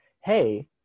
Hey